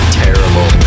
terrible